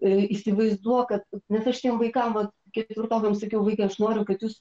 ir įsivaizduok kad nes aš tiem vaikam vat ketvirtokams sakiau vaikai aš noriu kad jūs